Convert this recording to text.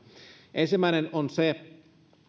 ensimmäinen on se